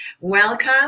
Welcome